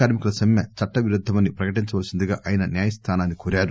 కార్మికుల సమ్మె చట్ట విరుద్దమని ప్రకటించవలసిందిగా ఆయన న్యాయ స్థానాన్ని కోరారు